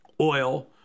oil